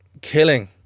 killing